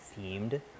themed